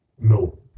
No